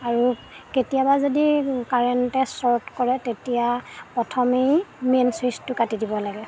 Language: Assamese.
আৰু কেতিয়াবা যদি কাৰেণ্টে চৰ্ট কৰে তেতিয়া প্ৰথমেই মেইন ছুইচটো কাটি দিব লাগে